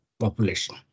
population